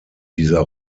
dieser